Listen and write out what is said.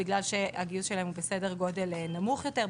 אולי בגלל שהגיוס שלהן הוא בסדר גודל נמוך יותר,